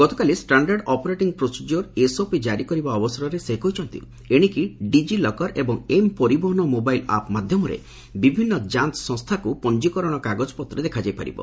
ଗତକାଲି standard operating procedure SOP କାରି କରିବା ଅବସରରେ ସେ କହିଛନ୍ତି ଏଣିକି ଡିଜି ଲକର୍ ଏବଂ ଏମ୍ ପରିବହନ ମୋବାଇଲ୍ ଆପ୍ ମାଧ୍ୟମରେ ବିଭିନ୍ନ ଯାଞ୍ଚ ସଂସ୍ଥାକୁ ପଞ୍ଜୀକରଣ କାଗଜପତ୍ର ଦେଖାଯାଇ ପାରିବ